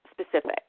specific